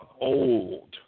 old